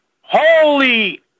holy